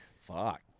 Fuck